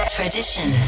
Tradition